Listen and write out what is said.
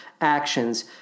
actions